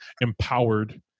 empowered